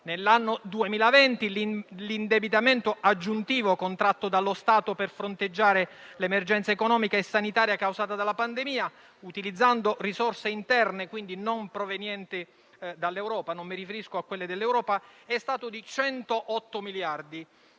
Nell'anno 2020 l'indebitamento aggiuntivo contratto dallo Stato per fronteggiare l'emergenza economica e sanitaria causata dalla pandemia, utilizzando risorse interne, quindi non provenienti dall'Europa, è stato di 108 miliardi